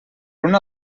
una